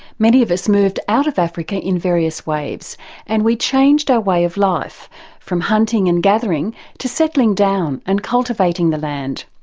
many of us moved out of africa in various waves and we changed our way of life from hunting and gathering to settling down and cultivating the land.